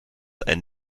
ein